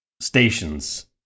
stations